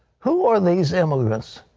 who are these immigrants?